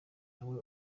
nawe